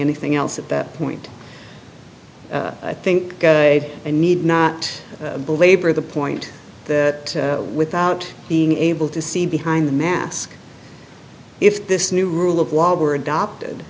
anything else at that point i think and need not belabor the point that without being able to see behind the mask if this new rule of law were adopted